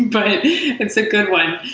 but it's a good one.